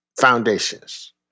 foundations